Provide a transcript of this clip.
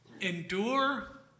endure